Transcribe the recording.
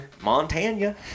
Montana